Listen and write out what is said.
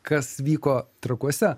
kas vyko trakuose